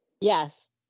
Yes